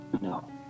No